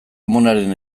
amonaren